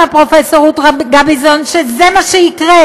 פרופ' רות גביזון אמרה שזה מה שיקרה,